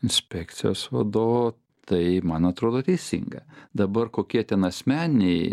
inspekcijos vadovo tai man atrodo teisinga dabar kokie ten asmeniniai